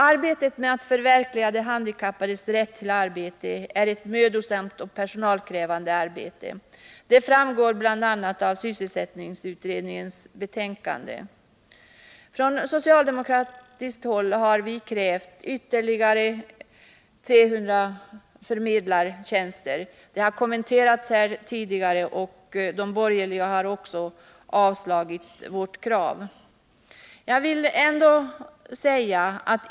Arbetet med att förverkliga de handikappades rätt till arbete är mödosamt och personalkrävande — det framgår bl.a. av sysselsättningsutredningens betänkande. Från socialdemokratiskt håll har vi krävt ytterligare 300 förmedlartjänster. Det kravet har kommenterats här tidigare, och de borgerliga i utskottet har avstyrkt förslaget.